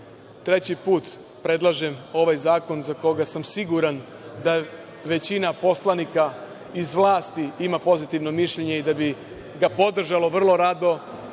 put predlažem ovaj zakon za koji sam siguran da većina poslanika iz vlasti ima pozitivno mišljenje i da bi ga podržali vrlo rado,